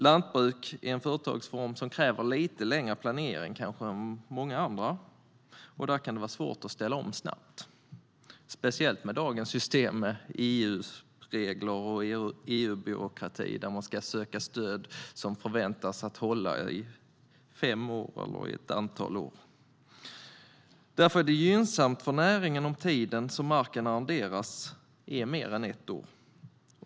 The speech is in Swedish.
Lantbruk är en företagsform som kräver lite längre planering än många andra, och det kan vara svårt att ställa om snabbt - särskilt med dagens system med EU-regler och EU-byråkrati, där man ska söka stöd som förväntas hålla i fem år eller i ett antal år. Därför är det gynnsamt för näringen om tiden som marken arrenderas är mer än ett år.